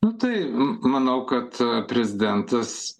nu tai m manau kad prezidentas